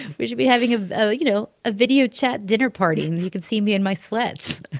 we should be having, ah ah you know, a video chat dinner party, and you can see me in my sweats